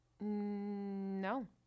No